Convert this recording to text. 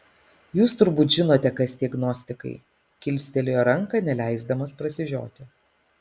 jūs turbūt žinote kas tie gnostikai kilstelėjo ranką neleisdamas prasižioti